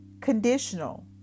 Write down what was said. conditional